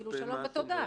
שלום ותודה.